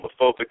homophobic